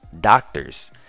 Doctors